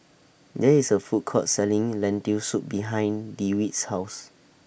There IS A Food Court Selling Lentil Soup behind Dewitt's House